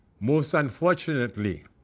most unfortunately,